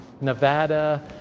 Nevada